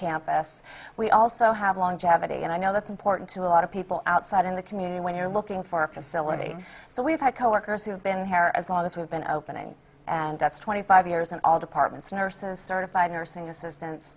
campus we also have longevity and i know that's important to a lot of people outside in the community when you're looking for a facility so we've had coworkers who have been here as long as we've been opening and that's twenty five years in all departments nurses certified nursing